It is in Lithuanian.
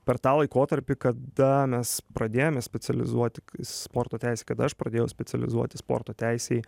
per tą laikotarpį kada mes pradėjome specializuoti sporto teisėj kad aš pradėjau specializuotis sporto teisėj